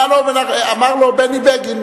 אמר לו בני בגין,